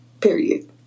Period